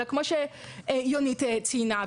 אלא כמו שיונית ציינה,